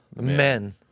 men